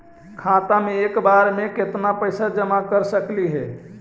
खाता मे एक बार मे केत्ना पैसा जमा कर सकली हे?